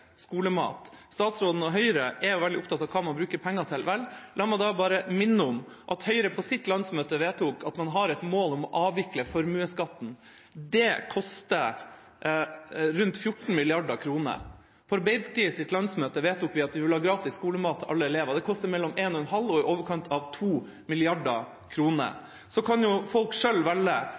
skolemat. Statsråden og Høyre er veldig opptatt av hva man bruker penger til – vel, la meg da bare minne om at Høyre på sitt landsmøte vedtok at man har et mål om å avvikle formuesskatten. Det koster rundt 14 mrd. kr. På Arbeiderpartiets landsmøte vedtok vi at vi ville ha gratis skolemat til alle elever. Det koster mellom 1,5 mrd. kr og i overkant av 2 mrd. kr. Så kan jo folk selv velge